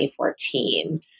2014